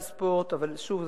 אבל שוב,